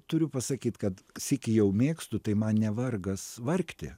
turiu pasakyt kad sykį jau mėgstu tai man ne vargas vargti